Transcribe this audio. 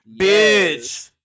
Bitch